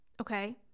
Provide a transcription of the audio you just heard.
okay